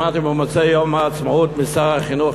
שמעתי במוצאי יום העצמאות משר החינוך,